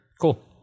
Cool